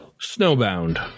Snowbound